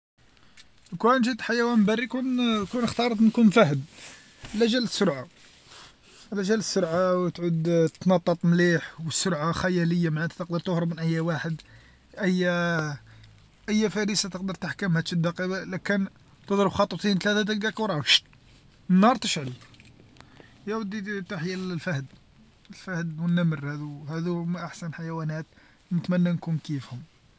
لوكان جيت حيوان بري كون كون إختاريت كون إختاريت نكون فهد على جال السرعه، على جال السرعه و تعود تتنطط مليح و سرعه خياليه معناتها تقدر تهرب من أي واحد، أيا أيا فريسه تقدر تحكمها تشدها لكان تضرب خوطتين ثلاثا تلقى كوراج النار تشعل يا ودي تحيا الفهد، الفهد و النمر هاذو، هاذو هوما أحسن حيوانات نتمنى نكون كيفهم.